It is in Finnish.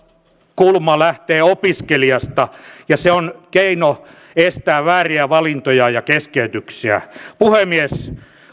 lähtee opiskelijasta ja se on keino estää vääriä valintoja ja keskeytyksiä puhemies